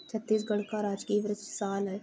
छत्तीसगढ़ का राजकीय वृक्ष साल है